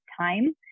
time